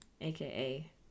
aka